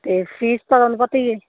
ਅਤੇ ਫੀਸ ਤਾਂ ਤੁਹਾਨੂੰ ਪਤਾ ਹੀ ਹੈ